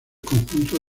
conjunto